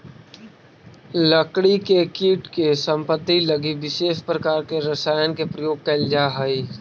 लकड़ी के कीट के समाप्ति लगी विशेष प्रकार के रसायन के प्रयोग कैल जा हइ